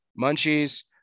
munchies